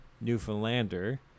Newfoundlander